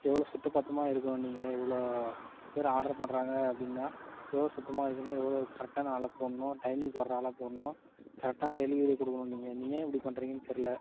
எவ்வளோ சுத்தபத்தமாக இருக்கணும் நீங்கள் இவ்வளோ பேர் ஆர்டர் பண்ணுறாங்க அப்படின்னா எவ்வளோ சுத்தமாக இருக்கணும் எவ்வளோ கரெக்டான ஆளை போடணும் டைமிங்க்கு வர ஆளாக போடணும் கரெக்டான டெலிவரி கொடுக்கணும் நீங்கள் நீங்கள் ஏன் இப்படி பண்ணுறீங்கன்னு தெரில